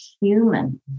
human